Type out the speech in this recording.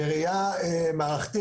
בראייה מערכתית,